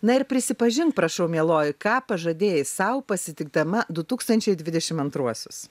na ir prisipažink prašau mieloji ką pažadėjai sau pasitikdama du tūkstančiai dvidešim antruosius